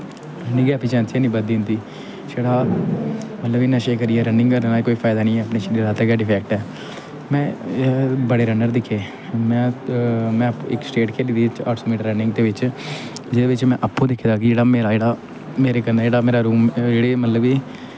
जानि कि ऐफिशैंसी है निं बधदी इं'दी छड़ा मतलब नशे करियै रनिंग करने दा कोई फैदा निं ऐ अपने शरीर आस्तै गै डिफैक्ट ऐ में बड़े रन्नर दिक्खे में में इक स्टेट खेढी दी अट्ठ सौ मीटर रनिंग दे बिच्च जेह्दे बिच्च में अप्पूं दिक्खे दा कि जेह्ड़ा मेरा जेह्ड़ा मेरे कन्नै जेह्ड़ा मेरा बिच्च मेरा मेरे कन्नै जेह्ड़ा मतलब कि